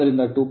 ಆದ್ದರಿಂದ 2